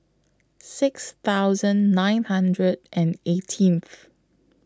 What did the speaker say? six thousand nine hundred and eighteenth